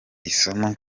isomo